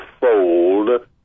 fold